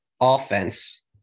offense